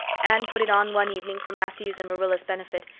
anne put it on one evening for matthew's and marilla's benefit,